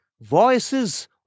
voices